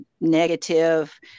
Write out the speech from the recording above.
negative